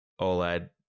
oled